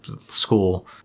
school